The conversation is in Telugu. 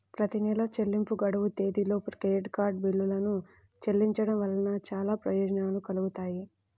ప్రతి నెలా చెల్లింపు గడువు తేదీలోపు క్రెడిట్ కార్డ్ బిల్లులను చెల్లించడం వలన చాలా ప్రయోజనాలు కలుగుతాయి